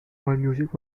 allmusic